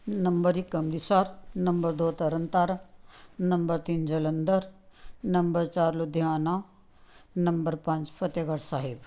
number ਇੱਕ Amritsar number ਦੋ Tarn Taran number ਤਿੰਨ ਜਲੰਧਰ ਨੰਬਰ ਚਾਰ ਲੁਧਿਆਣਾ ਨੰਬਰ ਪੰਜ ਫਤਿਹਗੜ ਸਾਹਿਬ